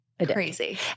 Crazy